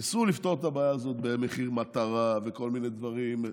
ניסו לפתור את הבעיה הזאת במחיר מטרה וכל מיני דברים.